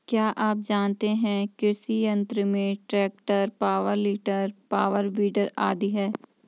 क्या आप जानते है कृषि यंत्र में tractor, power tiller, power weeder आदि है?